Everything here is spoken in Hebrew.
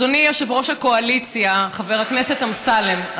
אדוני יושב-ראש הקואליציה חבר הכנסת אמסלם,